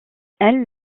elle